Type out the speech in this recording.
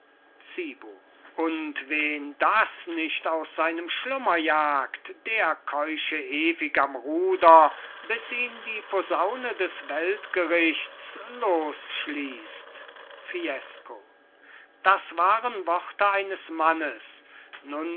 und wen das nicht aus seinem schlummer jagt der keuche ewig am ruder bis ihn die posaune des weltgerichts losschließt fiesco das waren worte eines mannes nun